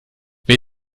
wer